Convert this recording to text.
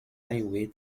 highway